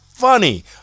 funny